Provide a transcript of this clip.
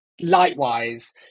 likewise